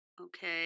Okay